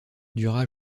dura